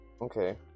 Okay